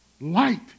Light